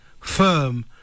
firm